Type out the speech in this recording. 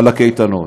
על הקייטנות.